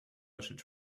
should